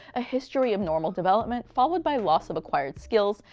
a history of normal development followed by loss of acquired skills,